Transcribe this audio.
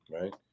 right